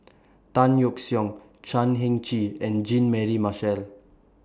Tan Yeok Seong Chan Heng Chee and Jean Mary Marshall